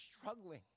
struggling